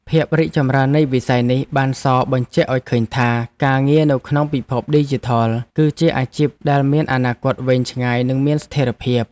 ភាពរីកចម្រើននៃវិស័យនេះបានសបញ្ជាក់ឱ្យឃើញថា ការងារនៅក្នុងពិភពឌីជីថល គឺជាអាជីពដែលមានអនាគតវែងឆ្ងាយនិងមានស្ថិរភាព។